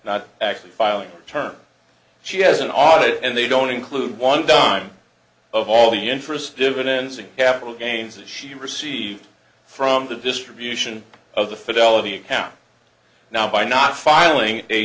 not actually filing term she has an audit and they don't include one dime of all the interest dividends and capital gains that she received from the distribution of the fidelity account now by not filing a